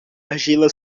argila